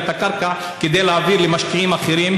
את הקרקע כדי להעביר למשקיעים אחרים,